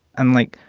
and, like,